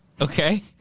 Okay